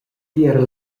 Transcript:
tier